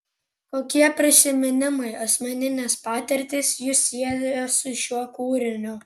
kokie prisiminimai asmeninės patirtys jus sieja su šiuo kūriniu